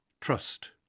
trust